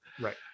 Right